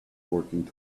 working